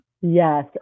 Yes